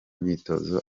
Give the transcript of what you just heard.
myitozo